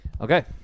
Okay